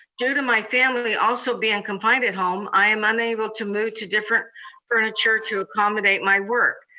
due to my family also being confined at home, i am unable to move to different furniture to accommodate my work.